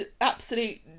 absolute